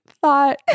thought